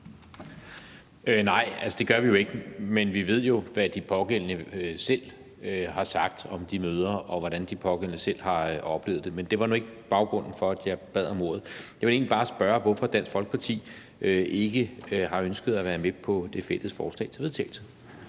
Nej, det gør vi jo ikke, men vi ved jo, hvad de pågældende selv har sagt om de møder, og hvordan de pågældende selv har oplevet det. Men det var nu ikke baggrunden for, at jeg bad om ordet. Jeg ville egentlig bare spørge, hvorfor Dansk Folkeparti ikke har ønsket at være med på det fælles forslag til vedtagelse.